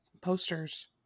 posters